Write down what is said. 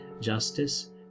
justice